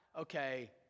okay